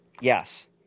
Yes